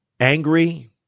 angry